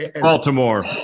Baltimore